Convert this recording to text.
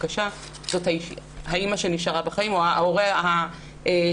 הבקשה זו האימא שנשארה בחיים או ההורה השני,